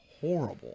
horrible